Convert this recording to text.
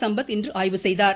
சம்பத் இன்று ஆய்வு செய்தார்